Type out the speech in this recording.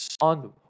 on